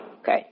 Okay